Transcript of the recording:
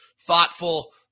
thoughtful